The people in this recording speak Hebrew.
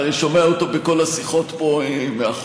אתה הרי שומע אותו בכל השיחות פה מאחור.